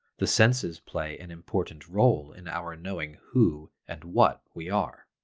the senses play an important role in our knowing who and what we are.